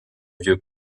vieux